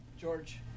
George